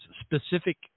specific